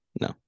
No